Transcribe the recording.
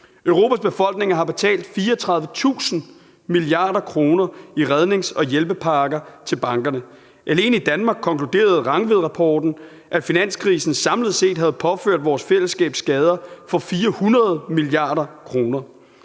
Europas befolkninger har betalt 34.000 mia. kr. i rednings- og hjælpepakker til bankerne. Alene i Danmark konkluderede Rangvidrapporten at finanskrisen samlet set havde påført vores fællesskab skader for 400 mia. kr.